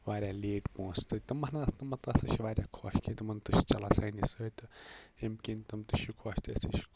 وارِیاہ لیٹ پۄنٛسہ تہٕ تِمَن ہا تِمَن تہِ ہَسا چھِ واریاہ خۄش کہ تِمَن تہِ چھِ چَلان سانے سۭتۍ تہٕ ییٚمہِ کِنۍ تِم تہِ چھِ خۄش تہٕ أسۍ تہِ چھِ خۄش